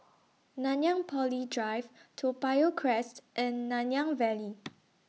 Nanyang Poly Drive Toa Payoh Crest and Nanyang Valley